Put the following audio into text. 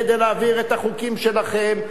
כדי להעביר את החוקים שלכם.